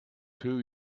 two